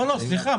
לא, סליחה.